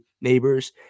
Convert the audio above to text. neighbors